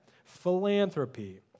philanthropy